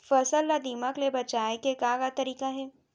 फसल ला दीमक ले बचाये के का का तरीका हे?